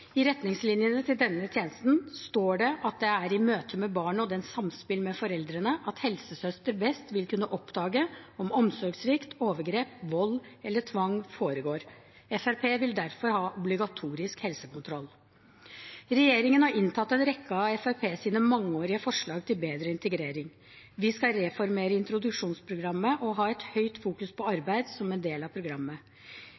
I retningslinjene til denne tjenesten står det at det er i møte med barnet og dets samspill med foreldrene at helsesøster best vil kunne oppdage om omsorgssvikt, overgrep, vold eller tvang foregår. Fremskrittspartiet vil derfor ha obligatorisk helsekontroll. Regjeringen har inntatt en rekke av Fremskrittspartiets mangeårige forslag til bedre integrering. Vi skal reformere introduksjonsprogrammet og ha et høyt fokus på